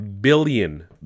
billion